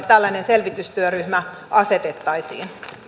tällainen selvitystyöryhmä asetettaisiin